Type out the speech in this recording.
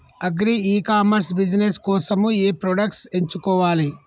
Agri e commerce business కోసము ఏ products ఎంచుకోవాలి?